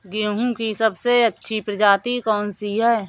गेहूँ की सबसे अच्छी प्रजाति कौन सी है?